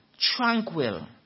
tranquil